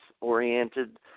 oriented